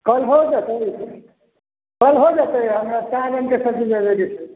कल हो जतै कल हो जतै हमरा चारि दिन के सब्जी लेबेके छै